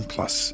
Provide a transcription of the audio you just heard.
Plus